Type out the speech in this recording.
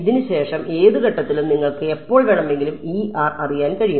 ഇതിനുശേഷം ഏത് ഘട്ടത്തിലും നിങ്ങൾക്ക് എപ്പോൾ വേണമെങ്കിലും അറിയാൻ കഴിയും